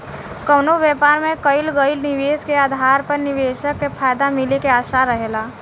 कवनो व्यापार में कईल गईल निवेश के आधार पर निवेशक के फायदा मिले के आशा रहेला